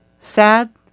Sad